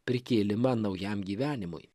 prikėlimą naujam gyvenimui